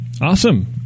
Awesome